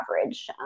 average